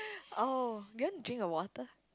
oh do you want drink a water